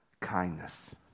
kindness